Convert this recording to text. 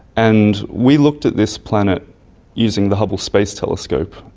and we looked at this planet using the hubble space telescope,